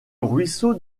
ruisseau